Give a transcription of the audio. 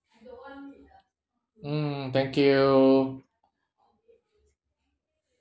mm thank you